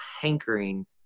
hankering